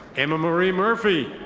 emma marie murphy.